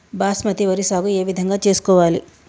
బాస్మతి వరి సాగు ఏ విధంగా చేసుకోవాలి?